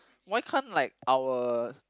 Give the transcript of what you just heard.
why can't like our